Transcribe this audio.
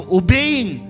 obeying